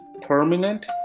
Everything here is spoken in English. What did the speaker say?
permanent